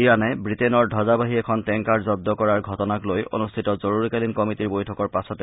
ইৰানে বৃটেইনৰ ধবজাবাহী এখন টেংকাৰ জন্দ কৰাৰ ঘটনাক লৈ অনুষ্ঠিত জৰুৰীকালীন কমিটীৰ বৈঠকৰ পাছত